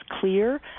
clear